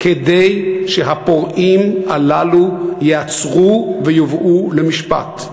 כדי שהפורעים הללו ייעצרו ויובאו למשפט.